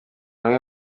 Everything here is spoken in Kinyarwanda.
amwe